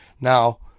now